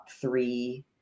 three